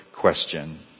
question